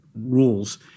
rules